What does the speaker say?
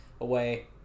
away